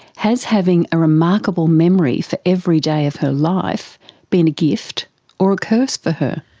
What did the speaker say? has having a remarkable memory for every day of her life been a gift or a curse for her?